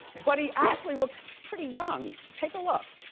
but he actually looks pretty young. take a look.